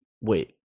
Wait